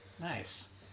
Nice